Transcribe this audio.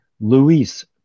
Luis